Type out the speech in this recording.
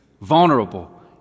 vulnerable